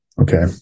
Okay